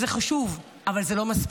וזה חשוב, אבל זה לא מספיק.